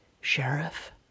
Sheriff